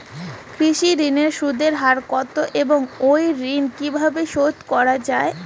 কৃষি ঋণের সুদের হার কত এবং এই ঋণ কীভাবে শোধ করা য়ায়?